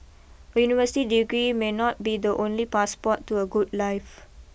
a university degree may not be the only passport to a good life